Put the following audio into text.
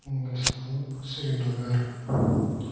گژھان سرینَگر